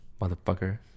Motherfucker